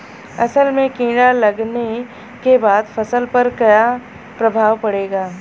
असल में कीड़ा लगने के बाद फसल पर क्या प्रभाव पड़ेगा?